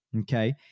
Okay